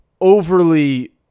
overly